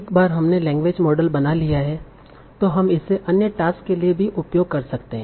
एक बार हमने लैंग्वेज मॉडल बना लिया है तो हम इसे अन्य टास्कस के लिए भी उपयोग कर सकते हैं